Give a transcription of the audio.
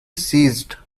ceased